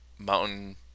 Mountain